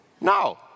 No